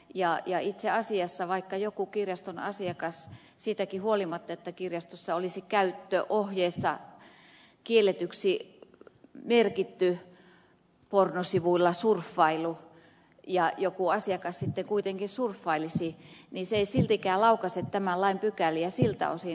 ja itse asiassa jos siitäkin huolimatta että kirjastossa olisi käyttöohjeessa kielletyksi merkitty pornosivuilla surfailu joku asiakas sitten kuitenkin surfailisi niin se ei siltikään laukaise tämän lain pykäliä siltä osin